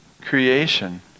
creation